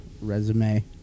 resume